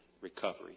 recovery